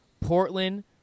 Portland